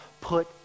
put